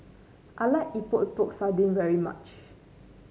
I like Epok Epok Sardin very much